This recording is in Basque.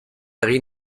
egin